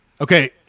Okay